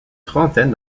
trentaine